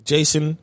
Jason